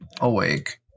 awake